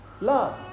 Love